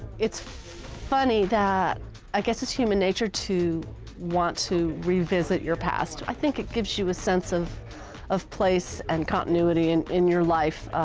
it's funny that i guess it's human nature to want to revisit your past. i think it gives you a sense of of place and continuity and in your life,